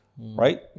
Right